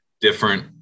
different